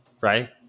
right